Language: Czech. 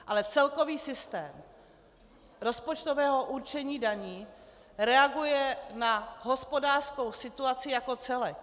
Ale celkový systém rozpočtového určení daní reaguje na hospodářskou situaci jako celek.